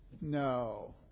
No